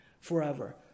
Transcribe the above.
forever